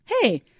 hey